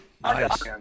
Nice